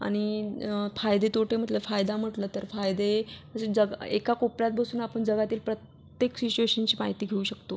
आणि फायदे तोटे म्हटलं फायदा म्हटलं तर फायदे जग एका कोपऱ्यात बसून आपण जगातील प्रत्येक सिच्युएशनची माहिती घेऊ शकतो